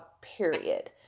period